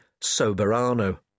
Soberano